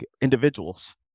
individuals